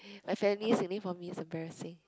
my family sitting for me it's a very safe